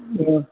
ॿियो